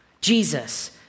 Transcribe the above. Jesus